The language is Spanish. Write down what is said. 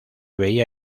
veía